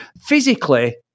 physically